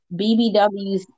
BBWs